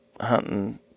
hunting